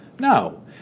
No